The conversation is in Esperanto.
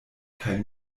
kaj